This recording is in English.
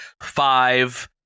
Five